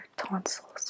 tonsils